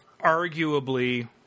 arguably